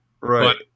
right